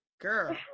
girl